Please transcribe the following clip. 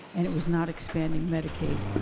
and it was not expanding medicaid.